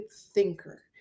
thinker